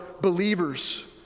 believers